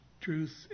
truth